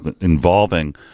involving